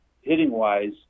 hitting-wise